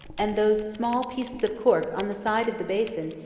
and those small pieces of cork on the side of the basin,